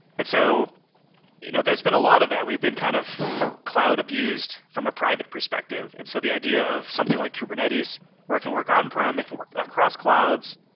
and so you know there's been a lot of that. we've been kind of cloud abused from a private perspective, and so the idea of something like kubernetes where it can work on prim, it can work across clouds,